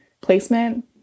placement